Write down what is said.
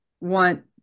want